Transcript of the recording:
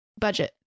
budget